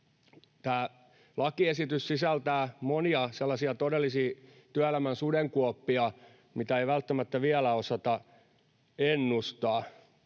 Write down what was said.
Tämä lakiesitys sisältää monia sellaisia todellisia työelämän sudenkuoppia, mitä ei välttämättä vielä osata ennustaa.